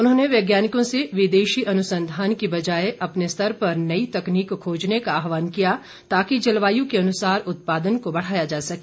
उन्होंने वैज्ञानिकों से विदेशी अनुसंधान की बजाए अपने स्तर पर नई तकनीक खोजने का आहवान किया ताकि जलवाय के अनुसार उत्पादन को बढ़ाया जा सके